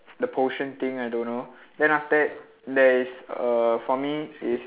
the potion thing I don't know then after that there is err for me is